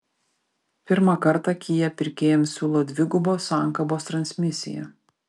pirmą kartą kia pirkėjams siūlo dvigubos sankabos transmisiją